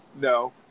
No